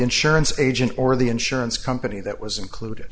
insurance agent or the insurance company that was included